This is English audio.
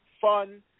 fun